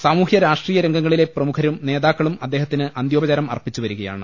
സാമൂഹൃ രാഷ്ട്രീയ രംഗങ്ങളിലെ പ്രമുഖരും നേതാക്കളും അദ്ദേഹത്തിന് അന്ത്യോപചാരം അർപ്പിച്ചു വരിക യാണ്